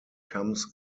comes